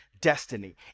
destiny